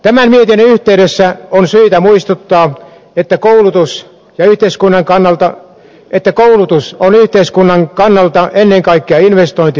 tämän mietinnön yhteydessä on syytä muistuttaa että koulutus ja yhteiskunnan kannalta että koulutus on yhteiskunnan kannalta ennen kaikkea investointi tulevaisuuteen